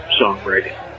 songwriting